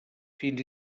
fins